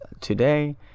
today